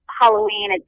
Halloween